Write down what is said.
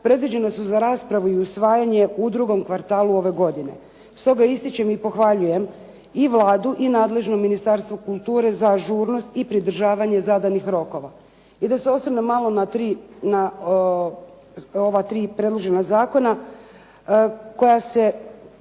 predviđena su za raspravu i usvajanje u drugom kvartalu ove godine. Stoga ističem i pohvaljujem i Vladu i nadležno Ministarstvo kulture za ažurnost i pridržavanje zadanih rokova. I da se osvrnem malo na ova tri predložena zakona koja se